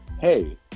Hey